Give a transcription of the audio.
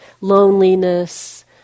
loneliness